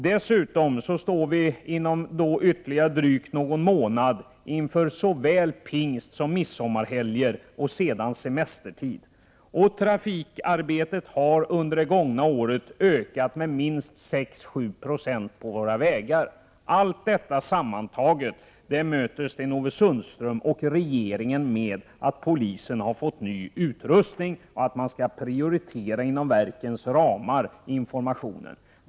Inom kort kommer vi dessutom att stå inför såväl pingst och midsommarhelgen som semestertiden. Dessutom har antalet gatuarbeten ökat med minst 6-7 20 på våra vägar. Allt detta sammantaget raöter Sten-Ove Sundström och regeringen med argumentet att polisen har fått ny utrustning och att man när det gäller informationen skall prioritera inom de olika verkens budgetramar.